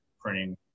printing